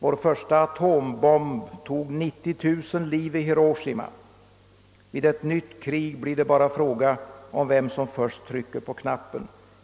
Vår första atombomb tog 90 000 liv i Hiroshima. Vid ett nytt krig blir det bara fråga om vem som först trycker på knappen.